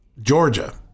Georgia